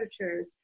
true